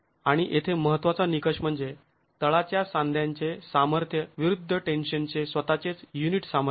आणि येथे महत्त्वाचा निकष म्हणजे तळाच्या सांध्यांचे सामर्थ्य विरुद्ध टेन्शनचे स्वतःचेच युनिट सामर्थ्य